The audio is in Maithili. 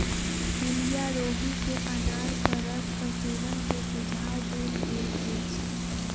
पीलिया रोगी के अनारक रसक सेवन के सुझाव देल गेल अछि